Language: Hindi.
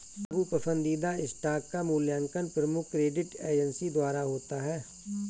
बाबू पसंदीदा स्टॉक का मूल्यांकन प्रमुख क्रेडिट एजेंसी द्वारा होता है